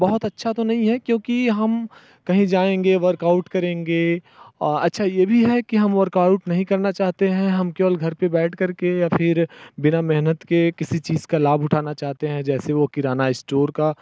बहुत अच्छा तो नहीं है क्योंकि हम कही जाएंगे वर्कआउट करेंगे अच्छा ये भी है कि हम वर्कआउट नहीं करना चाहते हैं हम केवल घर पे बैठ करके या फिर बिना मेहनत के किसी चीज़ का लाभ उठाना चाहते हैं जैसे वो किराना इस्टोर का